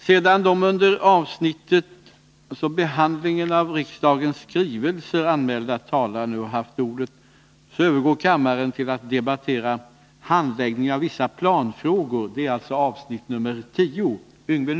Sedan de under avsnittet Handläggningen av stödet till NCB anmälda talarna nu haft ordet övergår kammaren till att debattera Dispens enligt den s.k. Sydafrikalagen.